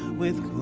with